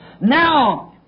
Now